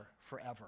forever